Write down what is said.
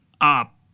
up